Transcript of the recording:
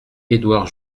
edouard